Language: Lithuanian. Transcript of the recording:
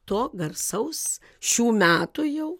to garsaus šių metų jau